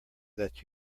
that